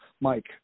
Mike